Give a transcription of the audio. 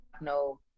no